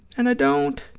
and i don't.